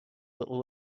little